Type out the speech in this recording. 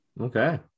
Okay